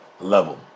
level